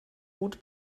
gut